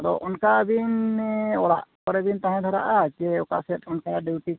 ᱟᱫᱚ ᱚᱱᱠᱟ ᱵᱤᱱ ᱚᱲᱟᱜ ᱠᱚᱨᱮ ᱵᱤᱱ ᱛᱟᱦᱮᱸ ᱫᱷᱟᱨᱟᱜᱼᱟ ᱥᱮ ᱚᱠᱟ ᱥᱮᱫ ᱚᱱᱛᱮ ᱰᱤᱭᱩᱴᱤ